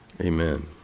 amen